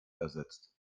ersetzt